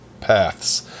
paths